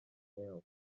lleol